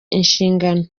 inshingano